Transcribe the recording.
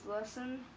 lesson